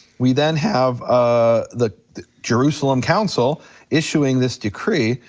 we then have ah the jerusalem council issuing this decree,